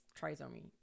trisomy